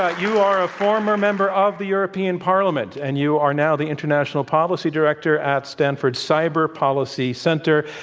ah you are a former member of the european parliament, and you are now the international policy director at stanford's cyber policy center.